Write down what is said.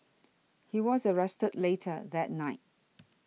he was arrested later that night